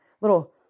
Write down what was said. little